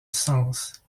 sens